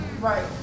Right